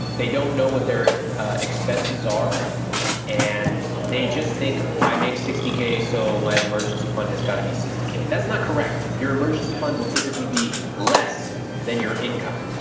they don't know what their expenses are and they just think, i make sixty k, so my emergency fund has gotta be sixty k. that's not correct. your emergency fund will typically be less than your income.